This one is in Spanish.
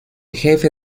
jefe